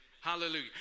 Hallelujah